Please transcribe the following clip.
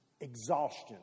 Exhaustion